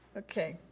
okay,